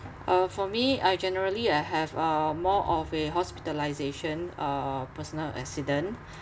uh for me I generally I have uh more of a hospitalisation uh personal accident